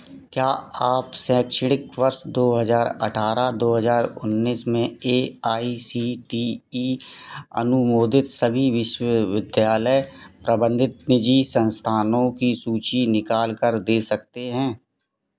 क्या आप शैक्षणिक वर्ष दो हज़ार अठारह दो हज़ार उन्नीस में A I C T E अनुमोदित सभी विश्वविद्यालय प्रबंधित निजी संस्थानों की सूची निकाल कर दे सकते हैं